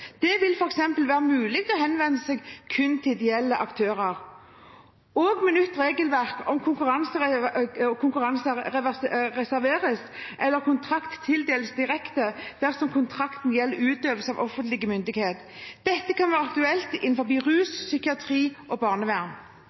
Det vil f.eks. være mulig å henvende seg kun til ideelle aktører. Også med nytt regelverk kan konkurranse reserveres, eller kontrakt kan tildeles direkte dersom kontrakten gjelder utøvelse av offentlig myndighet. Dette kan være aktuelt innenfor rusfeltet, psykiatri og barnevern.